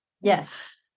Yes